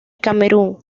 camerún